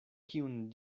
kiun